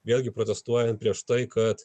vėlgi protestuojant prieš tai kad